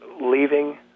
leaving